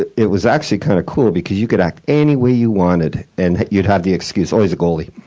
it it was actually kinda kind of cool because you could act any way you wanted and you'd have the excuse, oh, he's a goalie,